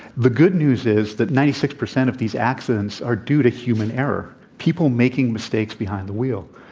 the good news is that ninety six percent of these accidents are due to human error, people making mistakes behind the wheel.